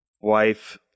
wife